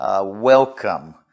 Welcome